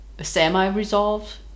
semi-resolved